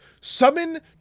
summon